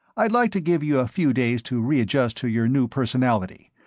i'd like to give you a few days to readjust to your new personality,